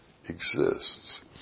exists